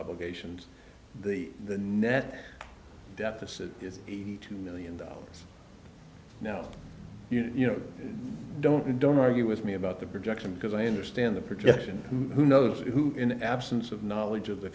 obligations the the net deficit is eighty two million dollars now you know don't and don't argue with me about the projection because i understand the projection and who knows who in the absence of knowledge of the